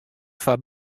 foar